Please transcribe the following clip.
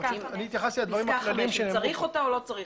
פסקה (5), אם צריך אותה או לא.